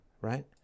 right